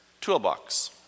toolbox